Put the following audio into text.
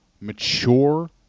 mature